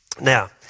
Now